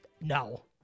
No